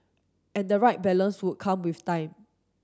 and the right balance would come with time